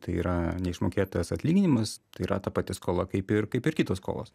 tai yra neišmokėtas atlyginimas tai yra ta pati skola kaip ir kaip ir kitos skolos